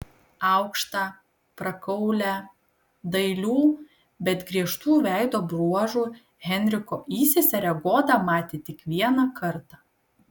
aukštą prakaulią dailių bet griežtų veido bruožų henriko įseserę goda matė tik vieną kartą